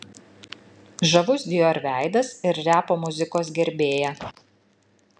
žavus dior veidas ir repo muzikos gerbėja